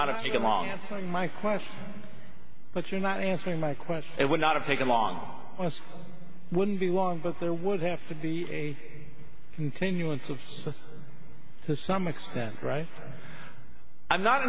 not have taken long answering my question but you're not answering my question it would not have taken long wouldn't be one but there would have to be a continuance of to some extent right i'm not